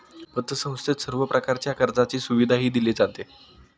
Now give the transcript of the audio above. पतसंस्थेत सर्व प्रकारच्या कर्जाची सुविधाही दिली जाते